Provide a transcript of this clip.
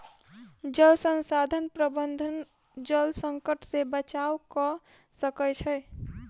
जल संसाधन प्रबंधन जल संकट से बचाव कअ सकै छै